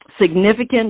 significant